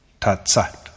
Tatsat